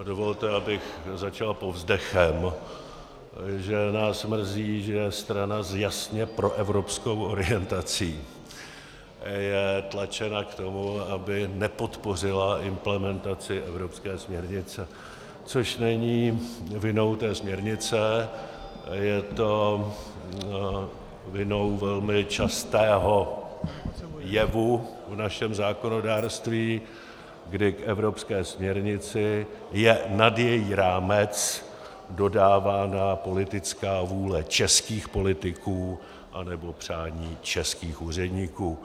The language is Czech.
Dovolte, abych začal povzdechem, že nás mrzí, že strana s jasně proevropskou orientací je tlačena k tomu, aby nepodpořila implementaci evropské směrnice, což není vinou té směrnice, je to vinou velmi častého jevu v našem zákonodárství, kdy k evropské směrnici je nad její rámec dodávána politická vůle českých politiků anebo přání českých úředníků.